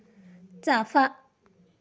चाफा